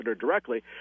directly